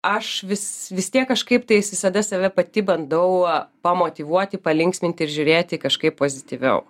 aš vis vis tiek kažkaip tais visada save pati bandau pamotyvuoti palinksminti ir žiūrėti kažkaip pozityviau